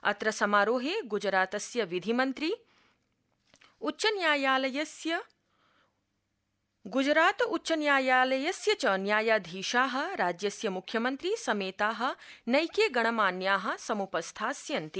अत्र समारोहे ग्जरातस्य विधिमन्त्री उच्चन्यायालयस्य ग्जरात उच्चन्यायालयस्य च न्यायाधीशा राज्यस्य मुख्यमन्त्री समेता नैके गणमान्या सम्पस्थास्यन्ति